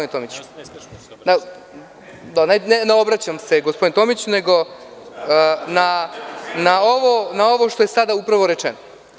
Ne obraćam se gospodinu Tomiću, nego na ovo što je sada upravo rečeno.